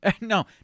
No